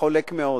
וחולק מאוד.